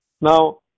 Now